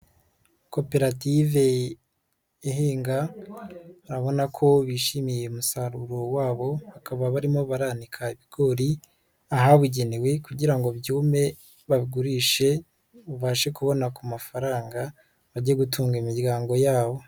Koperative ihinga urabona ko bishimiye umusaruro wabo hakaba barimo baranika ibigori ahabugenewe kugira ngo byume bagurishe babashe kubona ku mafaranga bajye gutunga imiryango yabo.